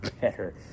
better